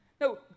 no